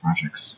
projects